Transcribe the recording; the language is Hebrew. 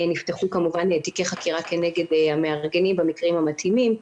נפתחו תיקי חקירה כנגד המארגנים במקרים המתאימים.